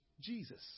Jesus